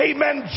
Amen